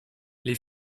les